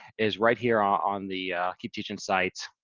is right here on the keep teaching site,